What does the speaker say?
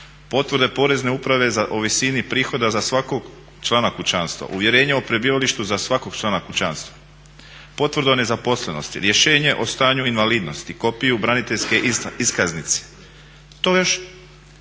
potvrde porezne uprave o visini prihoda za svakog člana kućanstva, uvjerenje o prebivalištu za svakog člana kućanstva, potvrdu o nezaposlenosti, rješenje o stanju invalidnosti, kopiju braniteljske iskaznice, to još